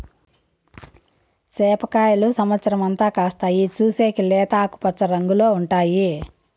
సేప కాయలు సమత్సరం అంతా కాస్తాయి, చూసేకి లేత ఆకుపచ్చ రంగులో ఉంటాయి